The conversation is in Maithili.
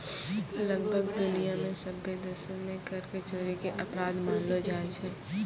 लगभग दुनिया मे सभ्भे देशो मे कर के चोरी के अपराध मानलो जाय छै